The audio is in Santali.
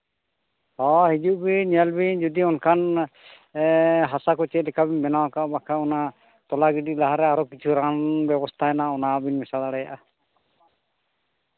ᱦᱚᱸ ᱦᱤᱡᱩᱜ ᱵᱤᱱ ᱧᱮᱞ ᱵᱤᱱ ᱡᱩᱫᱤ ᱚᱱᱠᱟᱱ ᱦᱟᱥᱟ ᱠᱚ ᱪᱮᱫᱞᱮᱠᱟ ᱵᱤᱱ ᱵᱮᱱᱟᱣᱟᱠᱟᱜᱼᱟ ᱵᱟᱠᱷᱟᱱ ᱚᱱᱟ ᱛᱚᱞᱟ ᱜᱤᱰᱤ ᱞᱟᱦᱟ ᱨᱮ ᱟᱨᱚ ᱠᱤᱪᱷᱩ ᱨᱟᱱ ᱵᱮᱵᱚᱥᱛᱷᱟ ᱦᱮᱱᱟᱜᱼᱟ ᱚᱱᱟ ᱵᱤᱱ ᱢᱮᱥᱟ ᱫᱟᱲᱮᱭᱟᱜᱼᱟ